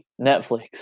netflix